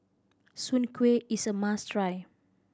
soon kway is a must try